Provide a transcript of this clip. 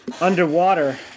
underwater